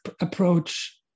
approach